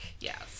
Yes